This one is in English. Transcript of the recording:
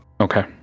Okay